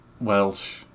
Welsh